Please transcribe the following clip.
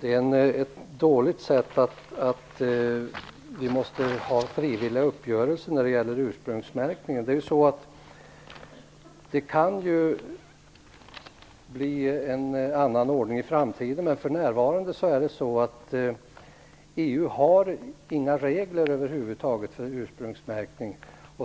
det är dåligt att vi måste ha frivilliga uppgörelser när det gäller ursprungsmärkningen. Det kan bli en annan ordning i framtiden. Men för närvarande har EU inga regler över huvud taget för ursprungsmärkning.